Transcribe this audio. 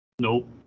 nope